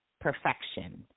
perfection